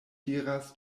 diras